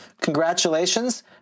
Congratulations